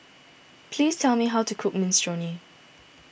please tell me how to cook Minestrone